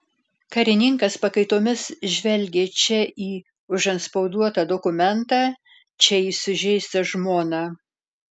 karininkas pakaitomis žvelgė čia į užantspauduotą dokumentą čia į sužeistą žmoną